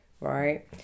right